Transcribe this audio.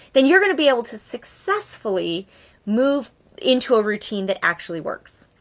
then you're going to be able to successfully move into a routine that actually works.